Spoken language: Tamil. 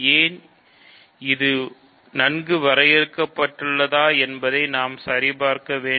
ஏன் இது நன்கு வரையறுக்கப்பட்டுள்ளதா என்பதை நான் சரிபார்க்க வேண்டும்